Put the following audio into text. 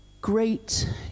Great